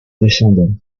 descendants